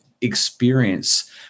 experience